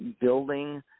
building